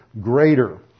greater